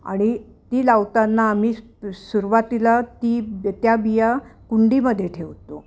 आणि ती लावताना आम्ही सुरुवातीला ती ब त्या बिया कुंडीमध्ये ठेवतो